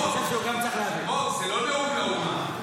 אלמוג, זה לא נאום לאומה.